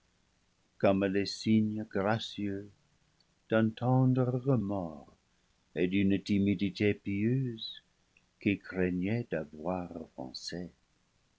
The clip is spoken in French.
comme les signes gracieux d'un tendre remords et d'une timidité pieuse qui craignait